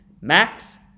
Max